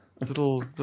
Little